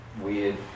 weird